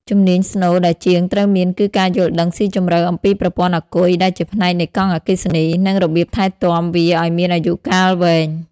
ជំនាញស្នូលដែលជាងត្រូវមានគឺការយល់ដឹងស៊ីជម្រៅអំពីប្រព័ន្ធអាគុយ ដែលជាផ្នែកនៃកង់អគ្គិសនី និងរបៀបថែទាំវាឱ្យមានអាយុកាលវែង។